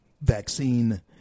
vaccine